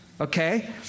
Okay